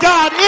God